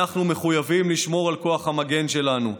אנחנו מחויבים לשמור על כוח המגן שלנו,